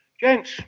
Gents